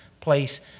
place